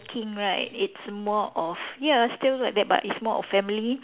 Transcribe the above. ~king right it's more of ya still like that but it's more of family